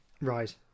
Right